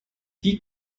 wie